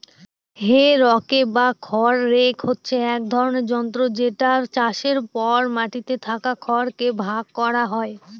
হে rake বা খড় rake হচ্ছে এক ধরনের যন্ত্র যেটা চাষের পর মাটিতে থাকা খড় কে ভাগ করা হয়